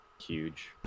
huge